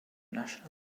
national